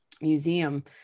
museum